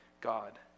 God